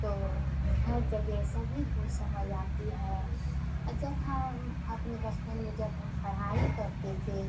तो हर जगह सभी को समझ आती है जब हम अपने बचपन में जब हम पढ़ाई करते थे